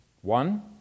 one